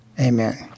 Amen